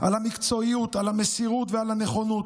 על המקצועיות, על המסירות ועל הנכונות,